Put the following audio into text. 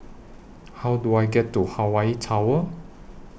How Do I get to Hawaii Tower